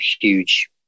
huge